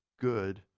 good